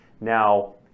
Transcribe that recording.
Now